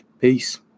Peace